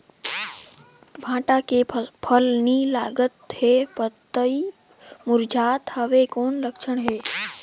भांटा मे फल नी लागत हे पतई मुरझात हवय कौन लक्षण हे?